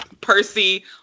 Percy